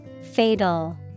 Fatal